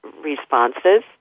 responses